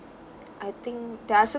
I think there are